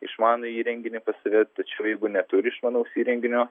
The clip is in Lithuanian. išmanųjį įrenginį pas save tačiau jeigu neturi išmanaus įrenginio